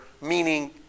meaning